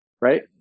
right